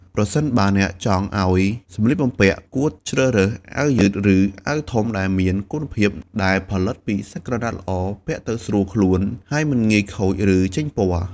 ប្រសិនបើអ្នកចង់ឱ្យសម្លៀកបំពាក់ គួរជ្រើសរើស អាវយឺត ឬអាវធំដែលមានគុណភាព ដែលផលិតពីក្រណាត់ល្អ ពាក់ទៅស្រួលខ្លួន ហើយមិនងាយខូច ឬចេញពណ៍។